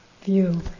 view